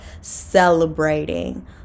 celebrating